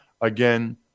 again